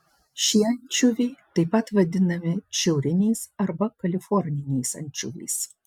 šie ančiuviai taip pat vadinami šiauriniais arba kaliforniniais ančiuviais